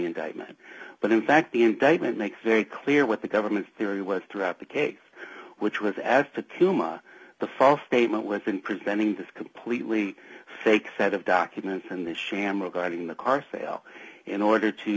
indictment but in fact the indictment makes very clear what the government's theory was throughout the case which was as to touma the false statement was in presenting this completely fake set of documents and this sham regarding the car sale in order to